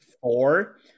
four